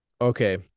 Okay